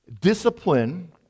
discipline